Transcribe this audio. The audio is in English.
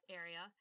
area